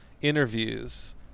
interviews